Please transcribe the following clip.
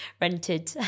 rented